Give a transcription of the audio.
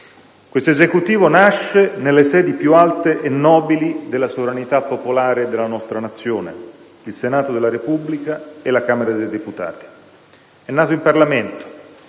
Questo Esecutivo nasce nelle sedi più alte e nobili della sovranità popolare della nostra Nazione: il Senato della Repubblica e la Camera dei deputati. È nato in Parlamento